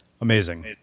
Amazing